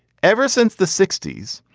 ever since the sixty s,